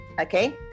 okay